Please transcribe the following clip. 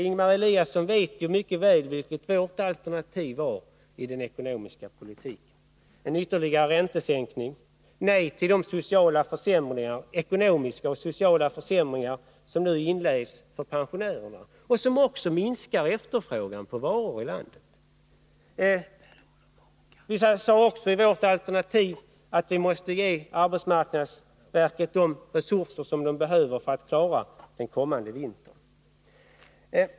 Ingemar Eliasson vet mycket väl vilket vårt alternativ var: en ytterligare räntesänkning, nej till de ekonomiska och sociala försämringar som nu påbörjas för pensionärerna och som också minskar efterfrågan på varor i landet. Vi sade också i vårt alternativ att man måste ge arbetsmarknadsverket de resurser verket behöver för att klara den kommande vintern.